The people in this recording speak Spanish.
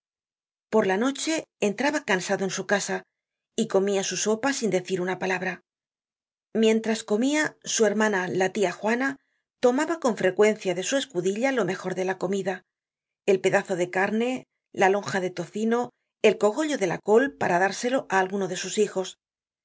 por la noche entraba cansado en su casa y comia su sopa sin decir una palabra mientras comia su hermana la tia juana tomaba con frecuencia de su escudilla lo mejor de la comida el pedazo de carne la lonja de tocino el cogollo de la col para dárselo á alguno de sus hijos